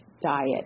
diet